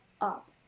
up